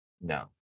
No